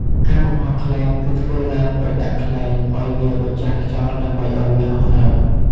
ការបង្ហោះខ្លែងគឺធ្វើឡើងដោយដាក់ខ្លែងអោយវាបញ្រាស់ខ្យល់ដើម្បីអោយវាហោះឡើង។